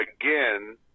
again